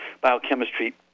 biochemistry